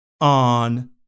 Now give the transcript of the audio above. on